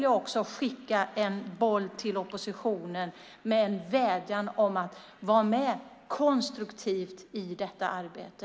Jag skickar en boll till oppositionen med en vädjan om att vara med konstruktivt i detta arbete.